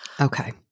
Okay